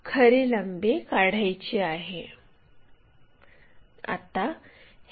ही खरी लांबी काढायची आहे